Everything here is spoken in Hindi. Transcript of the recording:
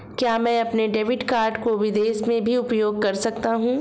क्या मैं अपने डेबिट कार्ड को विदेश में भी उपयोग कर सकता हूं?